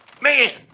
man